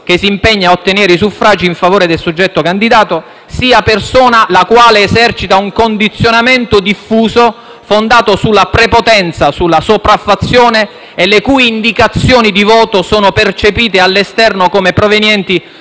che si impegna a ottenere i suffragi in favore del soggetto candidato sia persona la quale esercita un condizionamento diffuso fondato sulla prepotenza e la sopraffazione e le cui indicazioni di voto sono percepite all'esterno come provenienti